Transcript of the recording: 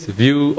view